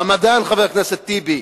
הרמדאן, חבר הכנסת טיבי.